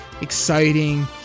exciting